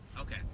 Okay